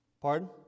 pardon